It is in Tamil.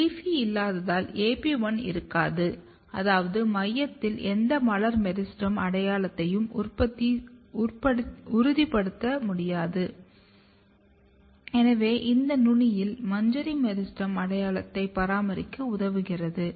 LEAFY இல்லாததால் AP1 இருக்காது அதாவது மையத்தில் எந்த மலர் மெரிஸ்டெம் அடையாளத்தையும் உறுதிப்படுத்த முடியாது எனவே இது நுனியில் மஞ்சரி மெரிஸ்டெம் அடையாளத்தை பராமரிக்க உதவுகிறது